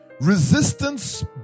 Resistance